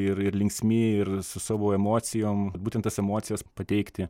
ir ir linksmi ir su savo emocijom būtent tas emocijas pateikti